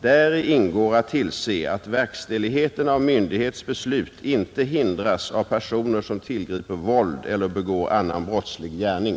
Däri ingår att tillse att verkställigheten av myndighets beslut inte hindras av personer som tillgriper våld eller begår annan brottslig gärning.